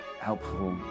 helpful